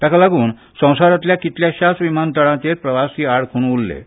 ताका लागून संवसारांतल्या कितल्याशाच विमानतळांचेर प्रवासी आडकून उरलें